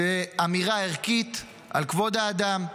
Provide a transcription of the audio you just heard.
זו אמירה ערכית על כבוד האדם,